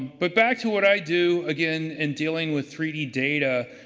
but back to what i do, again, in dealing with three d data.